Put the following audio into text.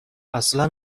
اصلا